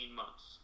months